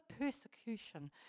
persecution